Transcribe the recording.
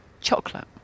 chocolate